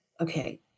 Okay